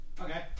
Okay